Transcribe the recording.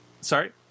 sorry